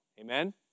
Amen